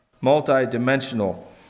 multi-dimensional